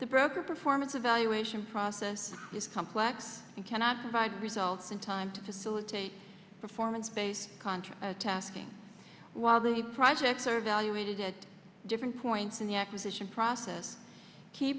the broker performance evaluation process is complex and cannot provide results in time to facilitate performance based contract testing while the projects are valuated at different points in the acquisition process key